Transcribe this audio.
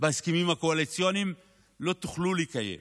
בהסכמים הקואליציוניים לא תוכלו לקיים.